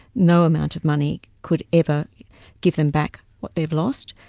no amount of money could ever give them back what they've lost,